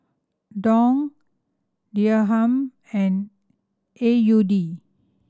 Dong Dirham and A U D